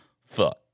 fuck